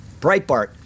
Breitbart